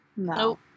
No